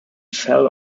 fell